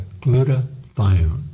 glutathione